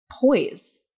poise